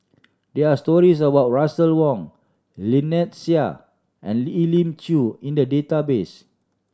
there are stories about Russel Wong Lynnette Seah and Elim Chew in the database